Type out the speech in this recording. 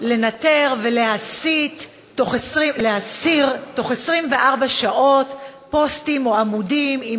לנטר ולהסיר בתוך 24 שעות פוסטים ועמודים עם